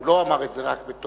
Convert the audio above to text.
הוא לא אמר את זה רק בתור,